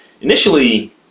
initially